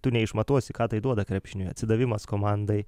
tu neišmatuosi ką tai duoda krepšiniui atsidavimas komandai